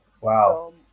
Wow